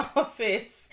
office